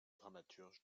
dramaturge